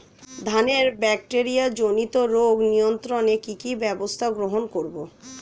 ধানের ব্যাকটেরিয়া জনিত রোগ নিয়ন্ত্রণে কি কি ব্যবস্থা গ্রহণ করব?